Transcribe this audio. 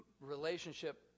relationship